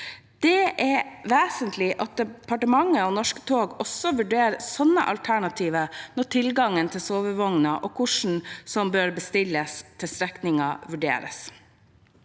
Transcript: Det er vesentlig at departementet og Norske tog også vurderer slike alternativer når tilgangen på sovevogner og hvilke som bør bestilles til strekningen, vurderes.